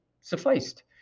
sufficed